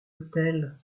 l’autel